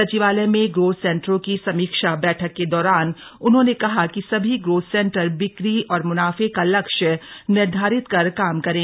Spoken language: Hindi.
सचिवालय में ग्रोथ सेंटरों की समीक्षा बैठक के दौरान उन्होंने कहा कि सभी ग्रोथ सेंटर बिक्री और मुनाफे का लक्ष्य निर्धारित कर काम करें